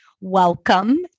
Welcome